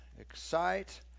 excite